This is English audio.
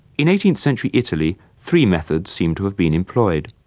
in eighteenth century italy, three methods seem to have been employed.